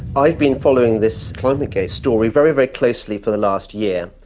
i have been following this climategate story very, very closely for the last year,